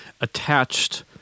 attached